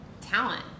talent